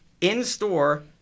in-store –